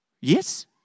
Yes